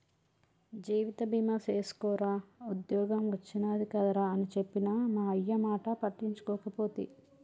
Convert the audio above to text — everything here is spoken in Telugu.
జీవిత బీమ సేసుకోరా ఉద్ద్యోగం ఒచ్చినాది కదరా అని చెప్పిన మా అయ్యమాట పట్టించుకోకపోతి